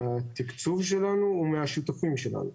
התקצוב שלנו הוא מהשותפים שלנו: